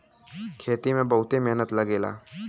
खेती में बहुते मेहनत लगेला